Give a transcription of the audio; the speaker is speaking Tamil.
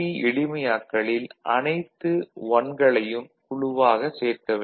எளிமையாக்கலில் அனைத்து 1 களையும் குழுவாகச் சேர்க்க வேண்டும்